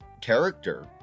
character